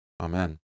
Amen